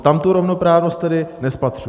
Tam tu rovnoprávnost tedy nespatřuji.